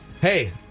Hey